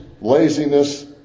laziness